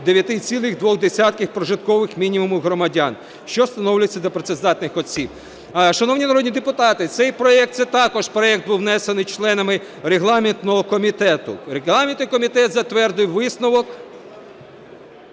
29,2 прожиткових мінімумів громадян, що встановлюється для працездатних осіб. Шановні народні депутати, цей проект також був внесений членами регламентного комітету. Регламентний комітет затвердив висновок…